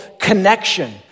connection